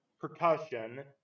percussion